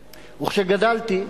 אכן, ניל"י,